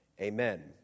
amen